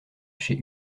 chez